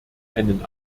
einen